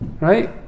right